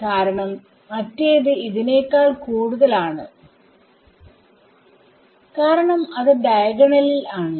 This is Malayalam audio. കാരണം മറ്റേത് ഇതിനേക്കാൾ കൂടുതൽ ആണ് കാരണം അത് ഡയഗണലിൽ ആണ്